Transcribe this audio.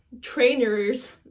trainers